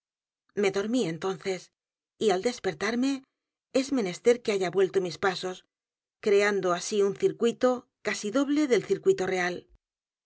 me dormí entonces y al despertarme es menester que haya vuelto mis pasos creando así un circuito casi doble del circuito real